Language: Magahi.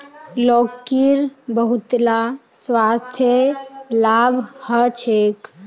लौकीर बहुतला स्वास्थ्य लाभ ह छेक